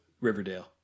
Riverdale